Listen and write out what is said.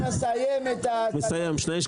אנא סיים את ההצגה.